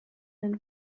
den